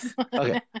okay